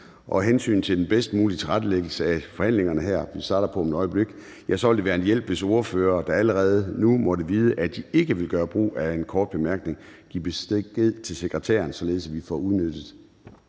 af hensyn til den bedst mulige tilrettelæggelse af forhandlingerne, som vi starter på her om et øjeblik, vil det være en hjælp, hvis ordførere, der allerede nu måtte vide, at de ikke vil gøre brug af en kort bemærkning, giver besked til sekretæren, således at vi får udnyttet